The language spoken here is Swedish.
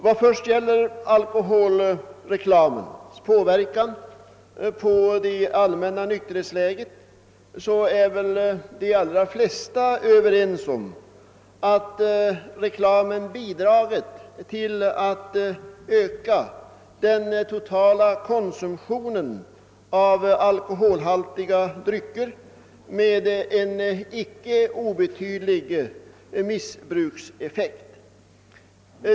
Vad först gäller alkoholreklamens påverkan på det allmänna nykterhetsläget är väl de allra flesta överens om att denna reklam bidragit till att öka den totala konsumtionen av alkoholhaltiga drycker med en icke obetydlig missbrukseffekt.